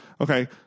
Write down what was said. Okay